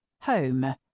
Home